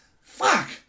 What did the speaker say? fuck